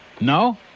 No